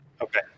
okay